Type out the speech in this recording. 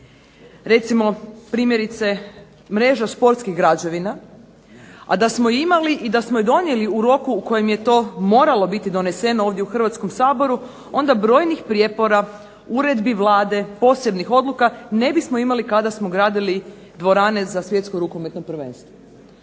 recimo primjerice mreža sportskih građevina, a da smo ih imali i da smo ih donijeli u roku u kojem je to moralo biti doneseno u Hrvatskom saboru, onda brojnih prijepora, uredbi Vlade, posebnih odluka ne bismo imali kada smo gradili dvorane za Svjetsko rukometno prvenstvo.